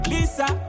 Lisa